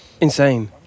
Insane